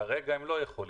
כרגע הם לא יכולים.